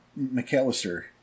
McAllister